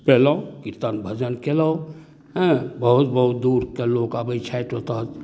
पेलहुँ कीर्तन भजन केलहुँ हँ बहुत बहुत दूरके लोक आबै छथि ओतऽ